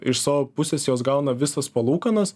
iš savo pusės jos gauna visas palūkanas